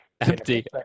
empty